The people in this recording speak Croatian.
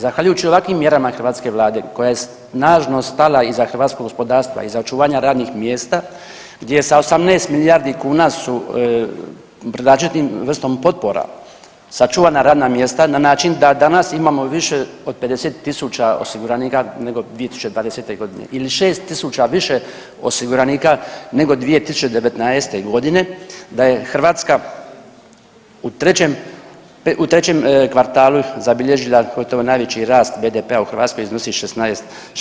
Zahvaljujući ovakvim mjerama hrvatske vlade koja je snažno stala iza hrvatskog gospodarstva, iza očuvanja radnih mjesta gdje sa 18 milijardi kuna su … vrstom potpora sačuvana radna mjesta na način da danas imamo više od 50.000 osiguranika nego 2020.g. ili 6.000 više osiguranika nego 2019.g. da je Hrvatska u trećem kvartalu zabilježila gotovo najveći rast BDP-a u Hrvatskoj iznosi 16%